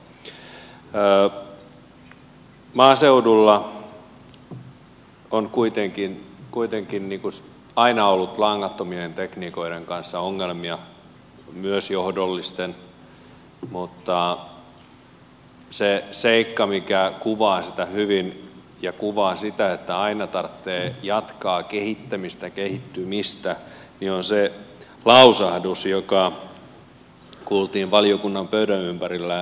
maaseudulla on kuitenkin aina ollut langattomien tekniikoiden kanssa ongelmia myös johdollisten mutta se seikka mikä kuvaa sitä hyvin ja kuvaa sitä että aina tarvitsee jatkaa kehittämistä kehittymistä on se lausahdus joka kuultiin valiokunnan pöydän ympärillä